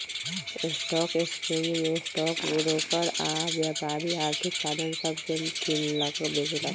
stock exchange में stock broker आऽ व्यापारी आर्थिक साधन सभके किनलक बेचलक